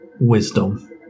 wisdom